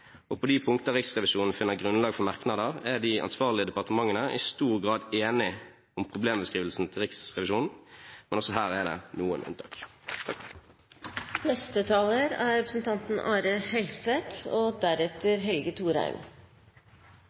På de punkter Riksrevisjonen finner grunnlag for merknader er de ansvarlige departementene i stor grad enig i problembeskrivelsen til Riksrevisjonen, men også her er det noen unntak.